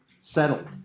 Settled